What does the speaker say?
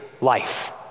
life